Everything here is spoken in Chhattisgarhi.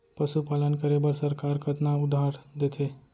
पशुपालन करे बर सरकार कतना उधार देथे?